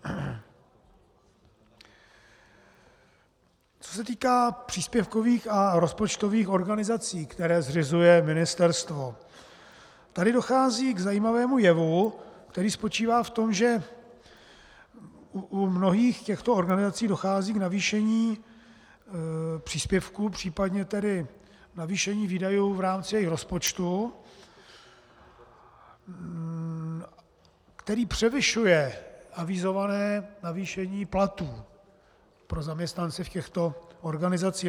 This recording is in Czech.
Co se týká příspěvkových a rozpočtových organizací, které zřizuje ministerstvo, tady dochází k zajímavému jevu, který spočívá v tom, že u mnohých těchto organizací dochází k navýšení příspěvku, případně k navýšení výdajů v rámci rozpočtu, který převyšuje avizované navýšení platů pro zaměstnance těchto organizací.